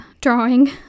drawing